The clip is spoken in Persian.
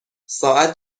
ساعت